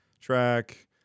track